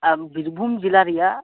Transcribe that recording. ᱟᱨ ᱵᱤᱨᱵᱷᱩᱢ ᱡᱮᱞᱟ ᱨᱮᱭᱟᱜ